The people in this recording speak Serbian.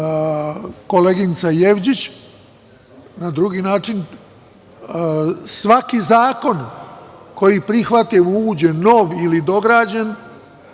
koleginica Jevđić, na drugi način, svaki zakon koji prihvatimo, uđe nov ili dograđen,